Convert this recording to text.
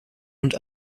und